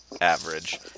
average